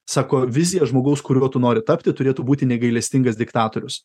sako vizija žmogaus kuriuo tu nori tapti turėtų būti negailestingas diktatorius